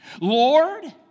Lord